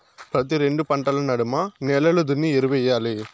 ప్రతి రెండు పంటల నడమ నేలలు దున్ని ఎరువెయ్యాలి